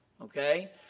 okay